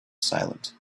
silent